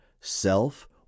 self